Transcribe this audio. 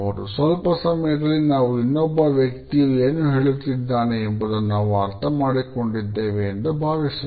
ಸ್ವಲ್ಪ ಸಮಯದಲ್ಲಿ ನಾವು ಇನ್ನೊಬ್ಬ ವ್ಯಕ್ತಿಯು ಏನು ಹೇಳುತ್ತಿದ್ದಾನೆ ಎಂಬುದನ್ನು ನಾವು ಅರ್ಥಮಾಡಿಕೊಂಡಿದ್ದೇವೆ ಭಾವಿಸುತ್ತೇವೆ